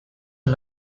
are